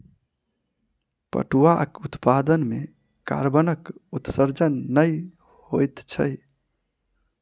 पटुआक उत्पादन मे कार्बनक उत्सर्जन नै होइत छै